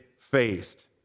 faced